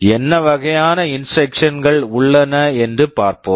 என்ன வகையான instruction instruction -கள் உள்ளன என்று பார்ப்போம்